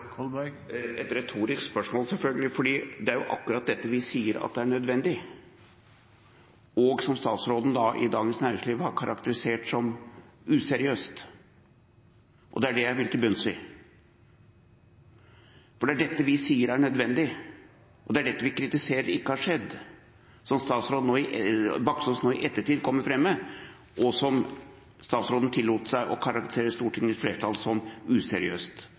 et retorisk spørsmål, for det er akkurat dette vi sier er nødvendig, og som statsråden i Dagens Næringsliv har karakterisert som useriøst. Det er det jeg vil til bunns i, for det er dette vi sier er nødvendig, og det er dette vi kritiserer ikke har skjedd – som Baksaas nå i ettertid kommer fram med. Og statsråden tillot seg å karakterisere Stortingets flertall som useriøst.